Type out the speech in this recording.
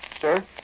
Sir